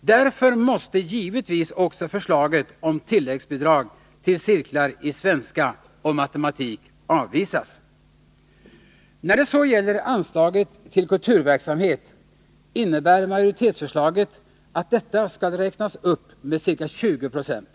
Därför måste givetvis också förslaget om tilläggsbidrag till cirklar i svenska och matematik avvisas. När det så gäller anslaget till kulturverksamhet innebär majoritetsförslaget att detta skall räknas upp med ca 20 26.